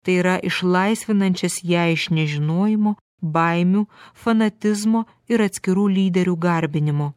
tai yra išlaisvinančias ją iš nežinojimo baimių fanatizmo ir atskirų lyderių garbinimo